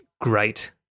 great